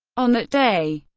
on that day,